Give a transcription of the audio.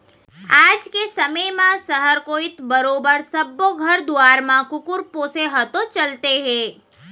आज के समे म सहर कोइत बरोबर सब्बो घर दुवार म कुकुर पोसे ह तो चलते हे